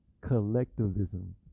collectivism